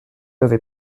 avais